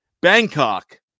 Bangkok